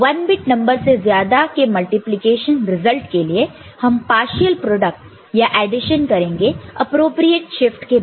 1 bit number से ज्यादा के मल्टीप्लिकेशन रिजल्ट के लिए हम पाशॅल प्रोडक्ट का एडिशन करेंगे एप्रोप्रियेट शिफ्ट के बाद